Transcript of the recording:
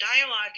dialogue